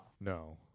no